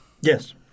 Yes